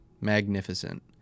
Magnificent